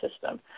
system